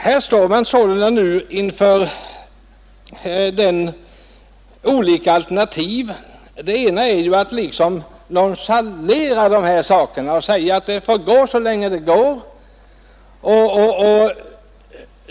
Här står vi sålunda nu inför olika alternativ. Det ena är ju att nonchalera dessa frågor och säga att det gå så länge det går.